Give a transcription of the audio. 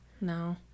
no